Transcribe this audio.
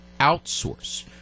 outsource